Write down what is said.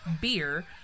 beer